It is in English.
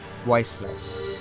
voiceless